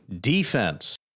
defense